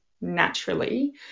naturally